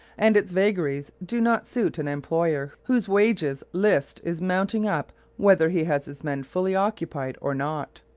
and its vagaries do not suit an employer whose wages list is mounting up whether he has his men fully occupied or not.